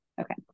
okay